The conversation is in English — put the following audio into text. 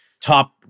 top